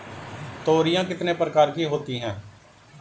तोरियां कितने प्रकार की होती हैं?